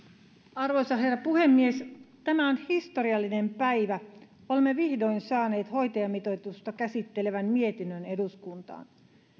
arvoisa herra puhemies tämä on historiallinen päivä olemme vihdoin saaneet hoitajamitoitusta käsittelevän mietinnön eduskuntaan